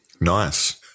Nice